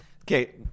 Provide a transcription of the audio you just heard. Okay